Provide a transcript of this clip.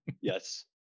Yes